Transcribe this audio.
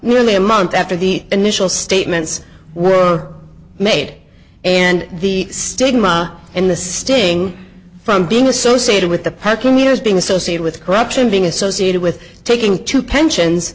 nearly a month after the initial statements were made and the stigma in the sting from being associated with the pac in years being associated with corruption being associated with taking two pensions